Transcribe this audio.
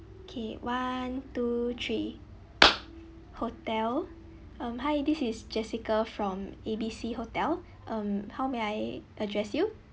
okay one two three hotel um hi this is jessica from A B C hotel um how may I address you